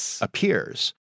appears